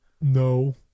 No